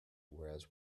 whereas